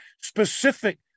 specific